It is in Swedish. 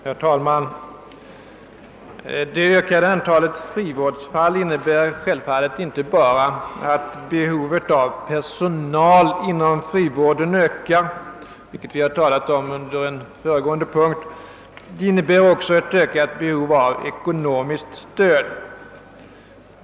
Herr talman! Det ökade antalet frivårdsfall innebär självfallet inte bara att behovet av personal inom frivården ökar, vilket vi har talat om vid behandlingen av föregående punkt, utan det innebär också ökat behov av ekonomiskt stöd.